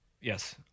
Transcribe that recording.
Yes